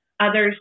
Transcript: Others